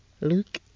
Luke